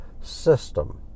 system